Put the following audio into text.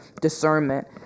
discernment